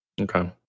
Okay